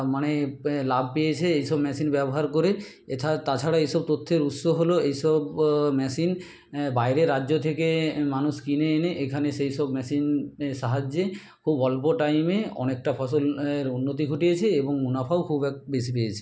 মানে লাভ পেয়েছে এইসব মেশিন ব্যবহার করে এছাড়া তাছাড়া এসব তথ্যের উৎস হলো এসব মেশিন বাইরের রাজ্য থেকে মানুষ কিনে এনে এখানে সেই সব মেশিনের সাহায্যে খুব অল্প টাইমে অনেকটা ফসল এর উন্নতি ঘটিয়েছে এবং মুনাফাও খুব এক বেশি পেয়েছে